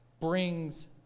brings